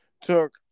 took